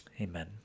Amen